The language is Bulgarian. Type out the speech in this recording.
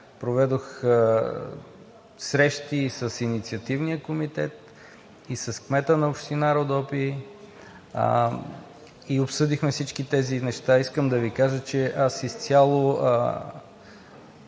проведох срещи и с Инициативния комитет, и с кмета на „Родопи“, и обсъдихме всички тези неща. Искам да Ви кажа, че аз изцяло